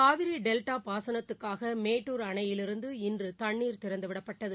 Kaveri delta பாசனத்துக்காக மேட்டூர் அணையிலிருந்து இன்று தண்ணீர் திறந்துவிடப்பட்டது